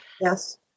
Yes